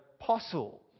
apostle